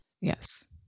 Yes